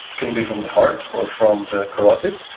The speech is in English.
can be from the heart or from the carotid.